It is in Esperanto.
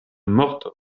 morton